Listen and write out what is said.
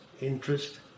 interest